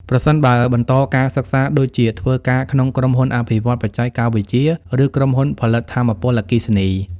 ប្រសិនបើបន្តការសិក្សាដូចជាធ្វើការក្នុងក្រុមហ៊ុនអភិវឌ្ឍន៍បច្ចេកវិទ្យា ឬក្រុមហ៊ុនផលិតថាមពលអគ្គិសនី។